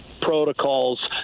protocols